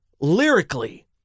lyrically